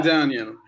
Daniel